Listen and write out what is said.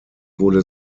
wurde